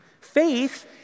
Faith